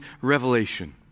revelation